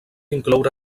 incloure